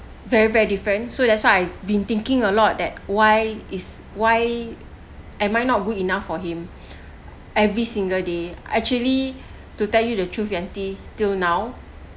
very very different so that's why I been thinking a lot that why is why am I not good enough for him every single day actually to tell you the truth Yanti till now